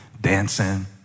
dancing